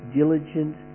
diligent